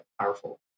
powerful